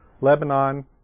Lebanon